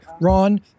Ron